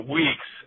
weeks